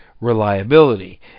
reliability